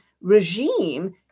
regime